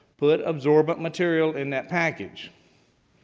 put absorbent material in that package.